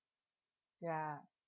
ya